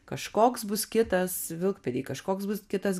kažkoks bus kitas vilkpėdėj kažkoks bus kitas